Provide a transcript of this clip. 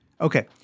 Okay